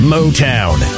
Motown